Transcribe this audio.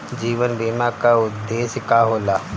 जीवन बीमा का उदेस्य का होला?